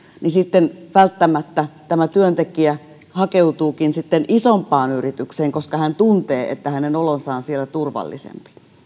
ja sitten ehkä tämä työntekijä hakeutuukin isompaan yritykseen koska hän tuntee että hänen olonsa on siellä turvallisempi